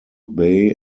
bay